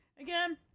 Again